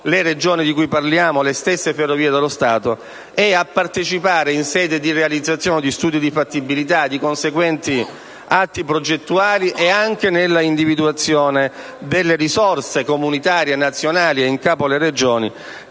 le Regioni di cui parliamo e le Ferrovie dello Stato), in sede di realizzazione di studi di fattibilità e di conseguenti atti progettuali, e anche nell'individuazione delle risorse comunitarie, nazionali e in capo alle Regioni,